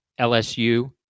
LSU